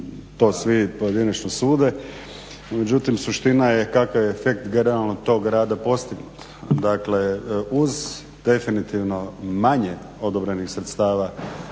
to svi pojedinačno sude, međutim suština je kakav je efekt generalno tog rada postignut. Dakle uz definitivno manje odobrenih sredstava